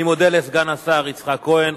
אני מודה לסגן השר יצחק כהן.